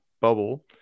bubble